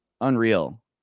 Unreal